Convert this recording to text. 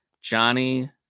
johnny